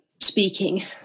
speaking